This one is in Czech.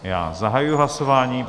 Já zahajuji hlasování.